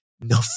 No